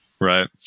Right